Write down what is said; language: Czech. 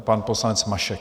Pan poslanec Mašek.